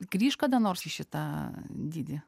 grįš kada nors į šitą dydį